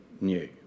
new